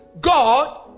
God